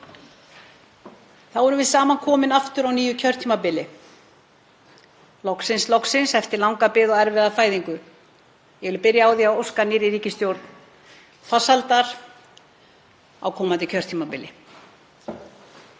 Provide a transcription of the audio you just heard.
Þá erum við saman komin aftur á nýju kjörtímabili. Loksins, loksins eftir langa bið og erfiða fæðingu. Ég vil byrja á því að óska nýrri ríkisstjórn farsældar á komandi kjörtímabili.